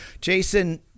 Jason